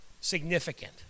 significant